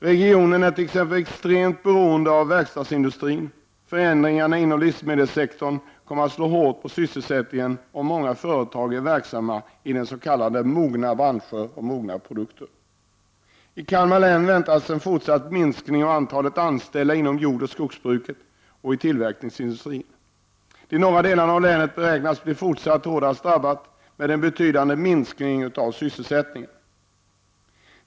Regionen är t.ex. extremt beroende av verkstadsindustrin. Förändringarna inom livsmedelssektorn kommer att slå hårt mot sysselsättningen, och många företag är verksamma inom s.k. mogna branscher och tillverkar mogna produkter. I Kalmar län väntas en fortsatt minskning av antalet anställda inom jordoch skogsbruket och inom tillverkningsindustrin. De norra delarna av länet beräknas bli fortsatt hårdast drabbade med en betydande minskning av sysselsättningen.